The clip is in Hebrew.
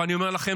ואני אומר לכם,